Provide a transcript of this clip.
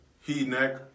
he-neck